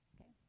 Okay